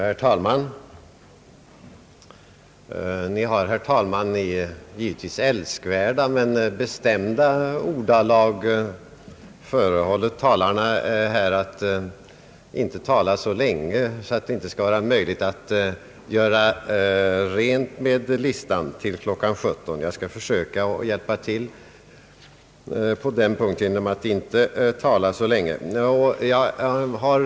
Herr talman! Ni har, herr talman, i givetvis älskvärda men bestämda ordalag förehållit talarna att inte tala så länge, för att det skall bli möjligt att avverka hela föredragningslistan till kl. 17. Jag skall försöka hjälpa till på den punkten genom att inte ta så lång tid i anspråk.